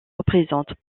représentent